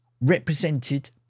Represented